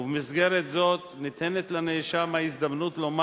ובמסגרת זאת ניתנת לנאשם ההזדמנות לומר